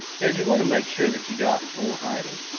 because you want to make sure that you got full hiding.